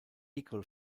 equal